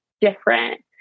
different